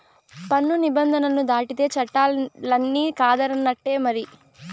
పన్ను నిబంధనలు దాటితే చట్టాలన్ని కాదన్నట్టే మరి